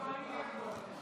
חמש דקות.